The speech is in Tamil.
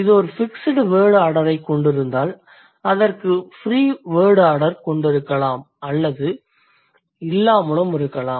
இது ஒரு ஃபிக்ஸ்டு வேர்ட் ஆர்டரைக் கொண்டிருந்தால் அதற்கு ஃப்ரீ வேர்ட் ஆர்டர் கொண்டிருக்கலாம் அல்லது இல்லாமலும் இருக்கலாம்